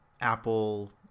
apple